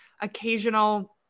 occasional